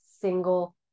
single